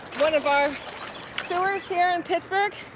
one of our sewers here in pittsburgh.